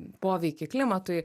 poveikį klimatui